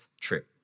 trip